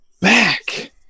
back